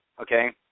okay